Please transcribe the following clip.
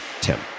Tim